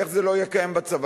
איך זה לא יהיה קיים בצבא?